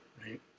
right